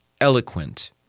eloquent